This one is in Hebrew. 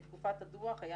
המוצדקות בתקופת הדוח היה